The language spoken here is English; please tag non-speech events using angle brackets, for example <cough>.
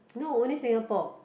<noise> no only Singapore